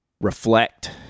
reflect